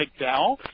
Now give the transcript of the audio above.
McDowell